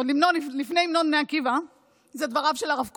עוד לפני המנון בני עקיבא אלה דבריו של הרב קוק,